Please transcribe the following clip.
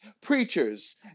preachers